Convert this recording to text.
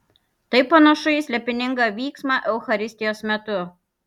tai panašu į slėpiningą vyksmą eucharistijos metu